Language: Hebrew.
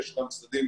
ויש גם צדדים